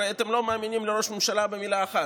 הרי אתם לא מאמינים לראש הממשלה במילה אחת,